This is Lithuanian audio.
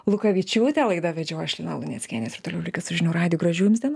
lukavičiūtę laidą vedžiau aš lina luneckienė jūs ir toliau likit su žinių radiju gražių jums dienų